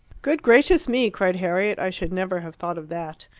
good gracious me! cried harriet, i should never have thought of that.